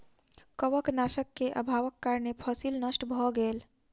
कवकनाशक के अभावक कारणें फसील नष्ट भअ गेल